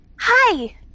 Hi